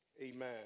amen